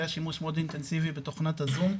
היה שימוש מאוד אינטנסיבי בתוכנת הזום,